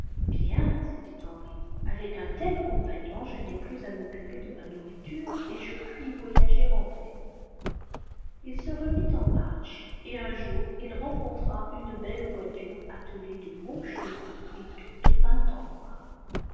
bien se dit henri avec un tel compagnon jo n'ai plus à m'occuper de ma nourriture et je puis voyager en paix il se remit en marche et un jour il rencontra une belle voiture attelée de beaux chevaux et toute peinte en noir